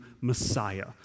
Messiah